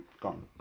gone